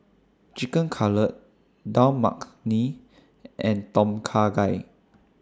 Chicken Cutlet Dal Makhani and Tom Kha Gai